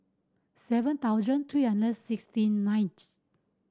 seven thousand three hundred and sixty ninth